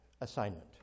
assignment